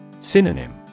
Synonym